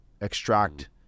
extract